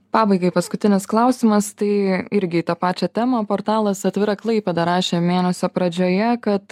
pabaigai paskutinis klausimas tai irgi į tą pačią temą portalas atvira klaipėda rašė mėnesio pradžioje kad